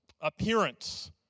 appearance